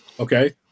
Okay